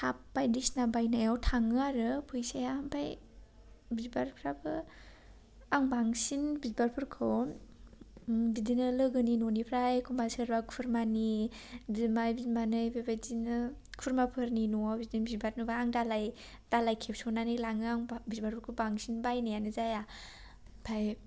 टाब बायदिसना बायनायाव थाङो आरो फैसाया बिबारफ्राबो आं बांसिन बिबारफोरखौ बिदिनो लोगोनि न'निफ्राय एखनबा सोरबा खुरमानि बिमाय बिमानै बेबादिनो खुर्माफोरनि न'आव बिदिनो बिबार नुबा आं दालाय खेबस'नानै लाङो आं बिबारफोरखौ बांसिन बायनायानो जायो ओमफ्राय